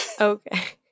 Okay